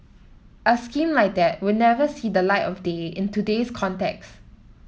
a scheme like that would never see the light of day in today's context